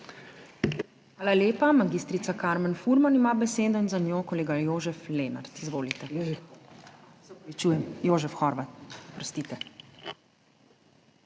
Hvala lepa. Magistrica Karmen Furman ima besedo, za njo kolega Jožef Lenart. Izvolite. Se opravičujem, Jožef Horvat, oprostite.